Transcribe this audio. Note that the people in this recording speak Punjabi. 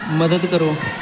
ਮਦਦ ਕਰੋ